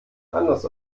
anders